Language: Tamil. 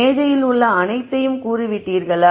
மேஜையில் உள்ள அனைத்தையும் கூறி விட்டீர்களா